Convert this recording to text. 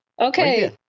Okay